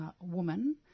woman